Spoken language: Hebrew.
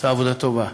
היא עושה עבודה טובה.